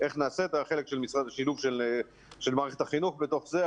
איך נעשה את השילוב של מערכת החינוך בתוך זה,